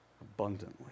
abundantly